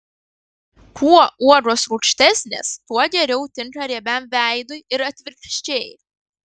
kuo uogos rūgštesnės tuo geriau tinka riebiam veidui ir atvirkščiai